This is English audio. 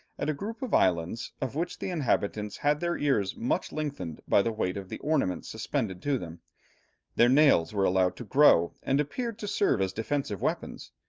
at a group of islands of which the inhabitants had their ears much lengthened by the weight of the ornaments suspended to them their nails were allowed to grow, and appeared to serve as defensive weapons,